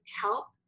help